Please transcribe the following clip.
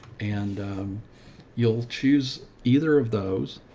and you'll choose either of those.